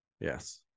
Yes